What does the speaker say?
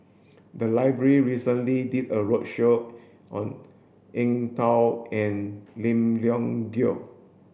the library recently did a roadshow on Eng Tow and Lim Leong Geok